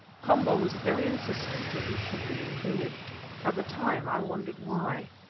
komba was very insistent that this should be included at the time i wondered why.